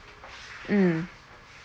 mm